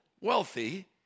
wealthy